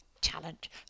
challenge